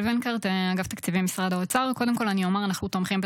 חוק שמירת